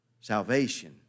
Salvation